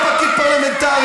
אני לא פקיד פרלמנטרי.